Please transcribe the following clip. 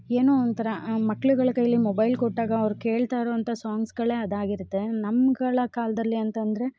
ಏನೋ ಒಂಥರ ಮಕ್ಳುಗಳ ಕೈಯಲ್ಲಿ ಮೊಬೈಲ್ ಕೊಟ್ಟಾಗ ಅವ್ರು ಕೇಳ್ತಾ ಇರೋವಂಥ ಸಾಂಗ್ಸ್ಗಳೇ ಅದಾಗಿರುತ್ತೆ ನಮ್ಗಳ ಕಾಲದಲ್ಲಿ ಅಂತಂದರೆ